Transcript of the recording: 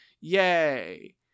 yay